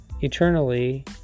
eternally